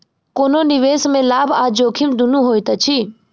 कोनो निवेश में लाभ आ जोखिम दुनू होइत अछि